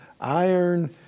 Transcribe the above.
iron